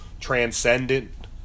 transcendent